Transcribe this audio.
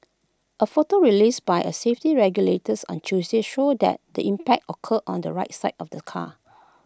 A photo released by A safety regulators on Tuesday showed that the impact occurred on the right side of the car